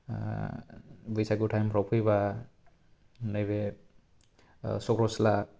बैसागु टाईमफ्राव फैबा नैबे ओ सक्र'शिला